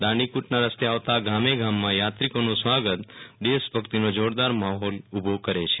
દાંડીકૂચના રસતે આવતા ગામેગામમાં યાત્રિકોનું સ્વાગત દેશભક્તિનો જોરદાર માહોલ ઉભો કરે છે